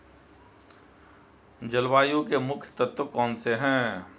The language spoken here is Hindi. जलवायु के मुख्य तत्व कौनसे हैं?